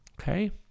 okay